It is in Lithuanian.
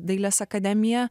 dailės akademiją